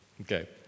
Okay